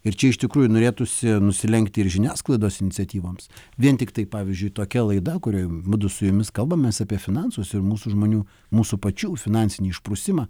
ir čia iš tikrųjų norėtųsi nusilenkti ir žiniasklaidos iniciatyvoms vien tiktai pavyzdžiui tokia laida kurioj mudu su jumis kalbamės apie finansus ir mūsų žmonių mūsų pačių finansinį išprusimą